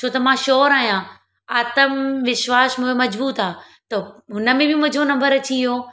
छो त मां श्योर आहियां आतमविश्वास मुंहिंजो मज़बूत आहे त हुन में बि मुंहिंजो नंबर अची वियो